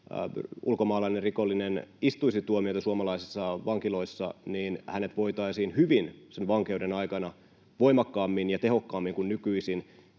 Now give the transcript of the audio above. ulkomaalainen rikollinen istuisi tuomiota suomalaisissa vankiloissa, niin hänet voitaisiin hyvin jo sen vankeuden aikana voimakkaammin ja tehokkaammin kuin nykyisin